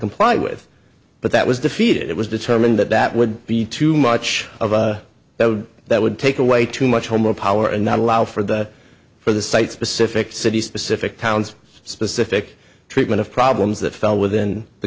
comply with but that was defeated it was determined that that would be too much of a that would take away too much or more power and not allow for that for the site specific city specific towns specific treatment of problems that fell within the